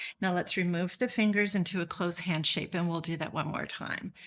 now let's remove the fingers into a closed hand shape and we'll do that one more time.